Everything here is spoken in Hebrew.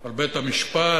על בית-המשפט,